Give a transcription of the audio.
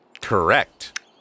Correct